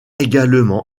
également